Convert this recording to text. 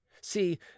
See